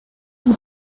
die